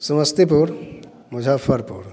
Samastipur Muzaffarpur